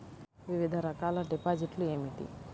వివిధ రకాల డిపాజిట్లు ఏమిటీ?